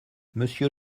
monsieur